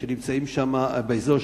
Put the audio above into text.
שנמצאים שם באזור.